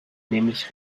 nämlich